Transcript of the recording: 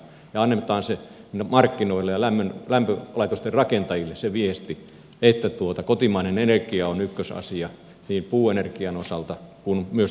ja antaisimme markkinoille ja lämpölaitosten rakentajille sen viestin että kotimainen energia on ykkösasia niin puuenergian osalta kuin myös turpeen osalta